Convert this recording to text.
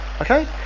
Okay